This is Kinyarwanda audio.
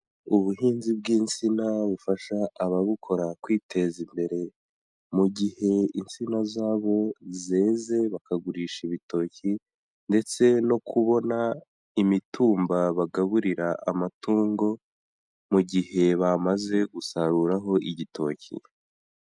Ubuhinzi bw'insina bufasha ababukora kwiteza imbere mu gihe insina zabo zeze bakagurisha ibitoki ndetse no kubona imitumba bagaburira amatungo mu gihe bamaze gusaruraho igitoki.